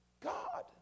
God